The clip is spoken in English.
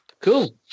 cool